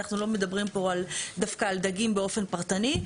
אנחנו לא מדברים פה דווקא על דגים באופן פרטני.